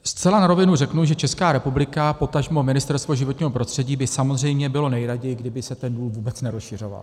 Zcela na rovinu řeknu, že Česká republika, potažmo Ministerstvo životního prostředí by samozřejmě bylo nejraději, kdyby se ten důl vůbec nerozšiřoval.